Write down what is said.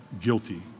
guilty